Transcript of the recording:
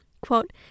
Quote